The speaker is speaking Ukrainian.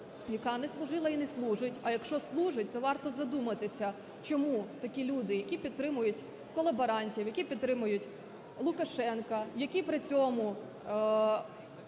яка не служила і не служить. А якщо служить, то варто задуматися, чому такі люди, які підтримують колаборантів, які підтримують Лукашенка, які при цьому